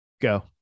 Go